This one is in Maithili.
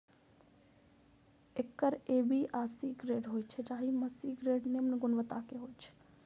एकर ए, बी आ सी ग्रेड होइ छै, जाहि मे सी ग्रेड निम्न गुणवत्ता के होइ छै